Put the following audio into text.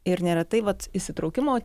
ir neretai vat įsitraukimo